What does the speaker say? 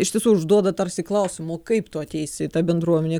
iš tiesų užduoda tarsi klausimą o kaip tu ateisi į tą bendruomenę